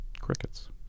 crickets